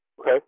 Okay